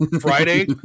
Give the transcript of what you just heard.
friday